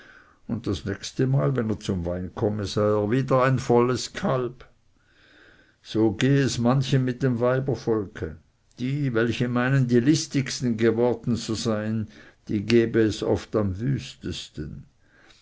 und das nächstemal wenn er zum wein komme sei er wieder ein volles kalb so gehe es manchem mit dem weibervolk die welche meinen die listigsten geworden zu sein die gebe es oft am wüstesten